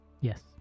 Yes